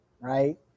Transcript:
right